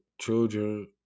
children